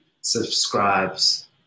subscribes